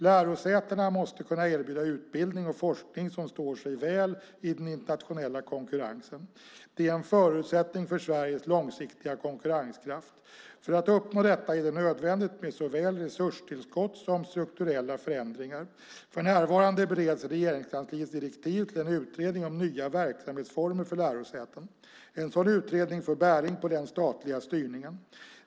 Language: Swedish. Lärosätena måste kunna erbjuda utbildning och forskning som står sig väl i den internationella konkurrensen. Det är en förutsättning för Sveriges långsiktiga konkurrenskraft. För att uppnå detta är det nödvändigt med såväl resurstillskott som strukturella förändringar. För närvarande bereds i Regeringskansliet direktiv till en utredning om nya verksamhetsformer för lärosäten. En sådan utredning får bäring på den statliga styrningen.